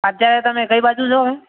અત્યારે તમે કઈ બાજું છો